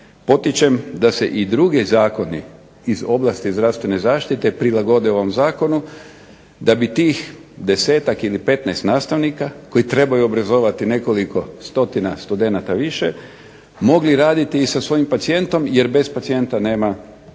potičem da se i druge Zakoni iz ovlasti zdravstvene zaštite prilagode ovom Zakonu da bi tih 10-tak ili 15 nastavnika koji trebaju obrazovati nekoliko stotina studenata više mogli raditi sa svojim pacijentom jer bez pacijenta nema nastave